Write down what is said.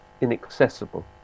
inaccessible